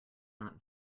not